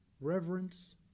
reverence